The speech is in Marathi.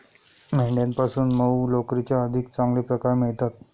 मेंढ्यांपासून मऊ लोकरीचे अधिक चांगले प्रकार मिळतात